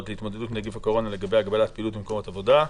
להתמודדות עם נגיף הקורונה לגבי הגבלת פעילות במקומות עבודה,